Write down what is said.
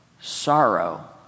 sorrow